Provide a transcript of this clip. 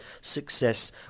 success